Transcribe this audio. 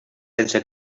sense